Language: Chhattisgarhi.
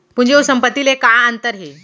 पूंजी अऊ संपत्ति ले का अंतर हे?